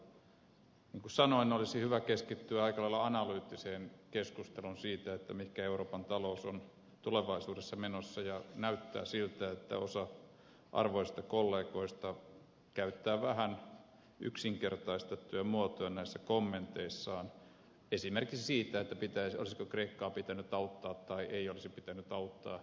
niin kuin sanoin olisi hyvä keskittyä aika lailla analyyttiseen keskusteluun siitä mihinkä euroopan talous on tulevaisuudessa menossa ja näyttää siltä että osa arvoisista kollegoista käyttää vähän yksinkertaistettuja muotoja näissä kommenteissaan esimerkiksi siitä olisiko kreikkaa pitänyt auttaa vai eikö olisi pitänyt auttaa